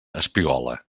espigola